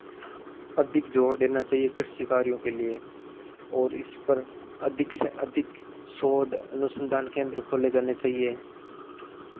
अधिक जोर देना चाहिए कृषि कार्यों के लिए और इसपर अधिक से अधिक शोध अनुसन्धान केन्द्र खोले जाने चाहिए